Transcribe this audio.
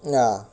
ya